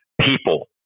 people